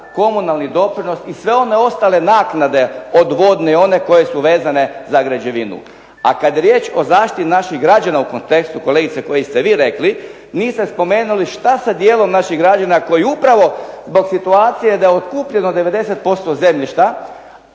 komunalni doprinos i sve one ostale naknade od vodne i one koje su vezane za građevinu. A kad je riječ o zaštiti naših građana u kontekstu kolegice koji ste vi rekli, niste spomenuli šta sa dijelom naših građana koji upravo zbog situacije da je otkupljeno 90% zemljišta